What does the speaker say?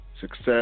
success